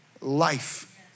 life